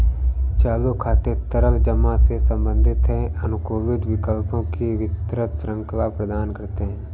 चालू खाते तरल जमा से संबंधित हैं, अनुकूलित विकल्पों की विस्तृत श्रृंखला प्रदान करते हैं